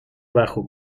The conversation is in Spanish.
bajo